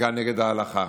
חקיקה נגד ההלכה,